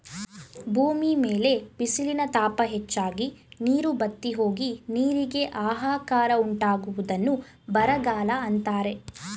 ಭೂಮಿ ಮೇಲೆ ಬಿಸಿಲಿನ ತಾಪ ಹೆಚ್ಚಾಗಿ, ನೀರು ಬತ್ತಿಹೋಗಿ, ನೀರಿಗೆ ಆಹಾಕಾರ ಉಂಟಾಗುವುದನ್ನು ಬರಗಾಲ ಅಂತರೆ